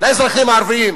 לאזרחים הערבים,